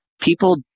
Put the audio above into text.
people